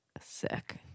Sick